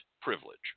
privilege